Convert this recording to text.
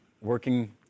working